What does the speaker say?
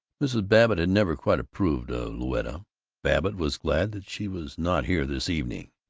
mrs. babbitt had never quite approved of louetta babbitt was glad that she was not here this evening.